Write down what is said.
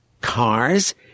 cars